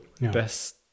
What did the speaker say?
best